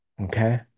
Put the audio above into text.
okay